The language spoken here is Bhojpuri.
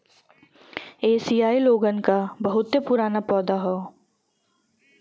एसिआई लोगन क बहुते पुराना पौधा हौ